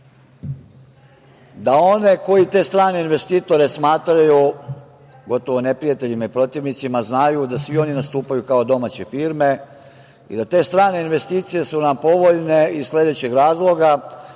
da one koji te strane investitore smatraju gotovo neprijateljima i protivnicima znaju da svi oni nastupaju kao domaće firme i da te strane investicije su nam povoljne iz sledećeg razloga